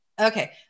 okay